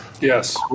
Yes